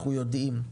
אנחנו יודעים.